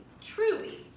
Truly